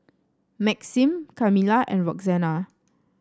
Maxim Kamilah and Roxanna